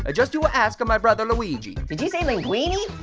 ah just you ah ask my brother luigi. did you say linguini?